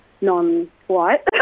non-white